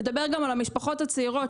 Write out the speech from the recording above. נדבר גם על המשפחות הצעירות,